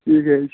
ٹھیٖک حظ چھُ